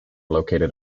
located